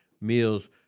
meals